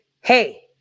hey